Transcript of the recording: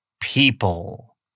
People